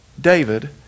David